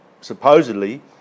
supposedly